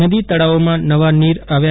નદી તળાવોમાં નવા નીર આવ્યા છે